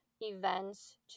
events